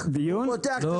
פותח מספרים.